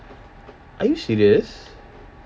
are you serious